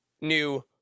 new